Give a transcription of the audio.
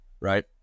Right